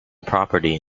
property